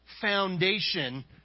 foundation